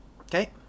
Okay